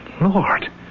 Lord